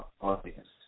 audience